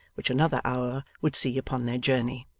which another hour would see upon their journey.